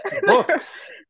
books